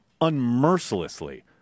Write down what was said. unmercilessly